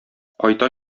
кайта